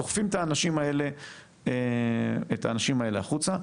דוחפים את האנשים האלה החוצה,